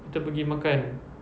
kita pergi makan